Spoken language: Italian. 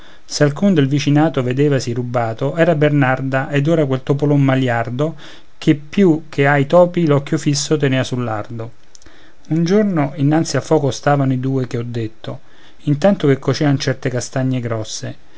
se alcun del vicinato vedevasi rubato era bernarda od era quel topolon maliardo che più che ai topi l'occhio fisso tenea sul lardo un giorno innanzi al foco stavano i due che ho detto intanto che cocevano certe castagne grosse